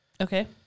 Okay